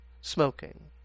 smoking